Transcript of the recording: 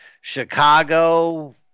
Chicago